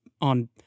on